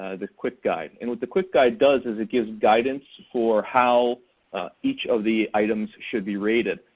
ah the quick guide. and what the quick guide does is it gives guidance for how each of the items should be rated.